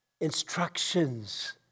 instructions